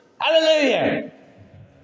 Hallelujah